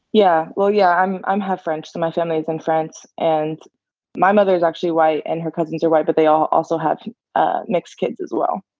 yeah. well, yeah. i'm i'm half-french, so my family's in france. and my mother's actually white, and her cousins were white, but they all also have ah mixed kids as well.